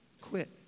quit